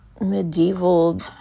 medieval